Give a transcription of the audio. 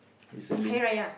recently